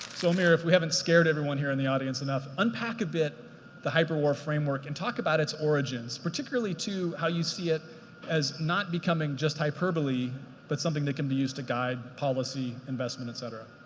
so amir, if we haven't scared everyone here in the audience enough, unpack a bit hyperwar framework and talk about its origins, particularly to how you see it as not becoming just hyperbole but something that can be used to guide policy, investment, et cetera.